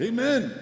Amen